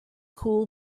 cool